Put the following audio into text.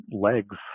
legs